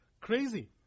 crazy